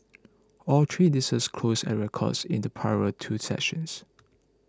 all three indices closed at records in the prior two sessions